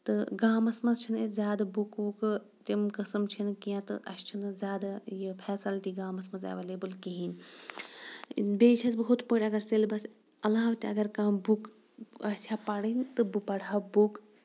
تہٕ گامَس منٛز چھِنہٕ ٲسۍ زیادٕ بُکہٕ وُکہٕ تِم قٕسٕم چھِنہٕ کینٛہہ تہٕ اَسہِ چھِنہٕ زیادٕ یہِ فیسَلٹی گامَس منٛز ایٚولیبٕل کِہیٖنۍ بیٚیہِ چھٮ۪س بہٕ ہُتھ پٲٹھۍ اگر سیلبَس علاوٕ تہِ اگر کانٛہہ بُک آسہِ ہا پَرٕنۍ تہٕ بہٕ پَرٕ ہا بُک